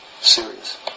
serious